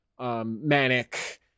manic